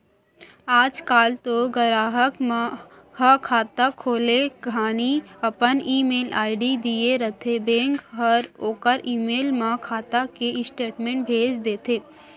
आज काल तो गराहक ह खाता खोले घानी अपन ईमेल आईडी दिए रथें बेंक हर ओकर ईमेल म खाता के स्टेटमेंट भेज देथे